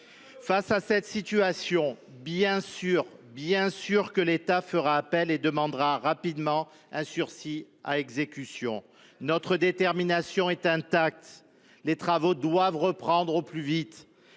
Face à cette situation, bien sûr que l’État fera appel ! Nous demanderons rapidement un sursis à exécution. Notre détermination est intacte : les travaux doivent reprendre au plus vite.